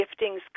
giftings